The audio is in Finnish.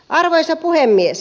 arvoisa puhemies